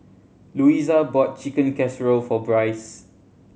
Luisa bought Chicken Casserole for Bryce